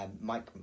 Mike